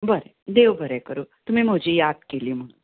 बरें देव बरें करूं तुमी म्हजी याद केली म्हणून